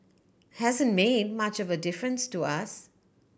hasn't made much of a difference to us